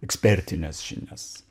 ekspertines žinias